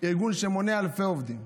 ארגון שמונה אלפי מתנדבים.